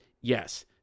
yes